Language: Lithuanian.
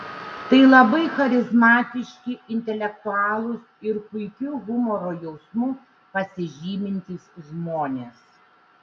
tai labai charizmatiški intelektualūs ir puikiu humoro jausmu pasižymintys žmonės